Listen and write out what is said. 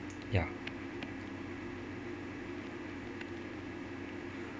ya